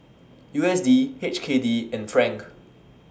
U S D H K D and Franc